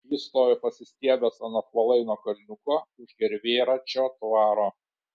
jis stovi pasistiebęs ant apvalaino kalniuko už gervėračio dvaro